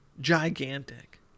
gigantic